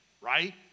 right